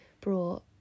brought